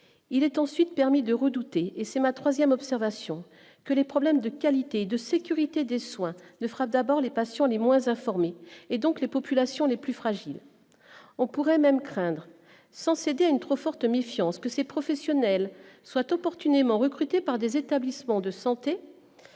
Il est ensuite permis de redouter et c'est ma 3ème observation que les problèmes de qualité et de sécurité des soins ne frappe d'abord les patients les moins informés et donc les populations les plus fragiles, on pourrait même craindre sans céder à une trop forte méfiance que ces professionnels soient opportunément recruté par des établissements de santé